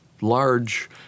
large